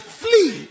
flee